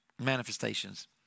manifestations